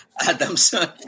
Adamson